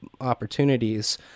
opportunities